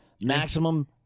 Maximum